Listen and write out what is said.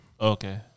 Okay